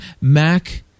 Mac